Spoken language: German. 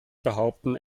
behaupten